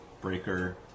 breaker